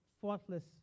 faultless